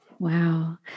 Wow